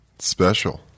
Special